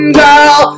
girl